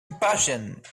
impatient